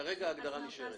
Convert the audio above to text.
כרגע ההגדרות נשארות.